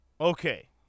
Okay